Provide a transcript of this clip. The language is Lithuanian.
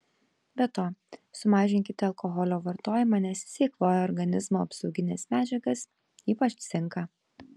be to sumažinkite alkoholio vartojimą nes jis eikvoja organizmo apsaugines medžiagas ypač cinką